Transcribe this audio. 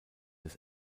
des